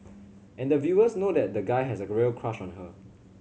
and the viewers know that the guy has a real crush on her